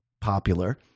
popular